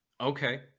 Okay